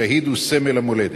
השהיד הוא סמל המולדת.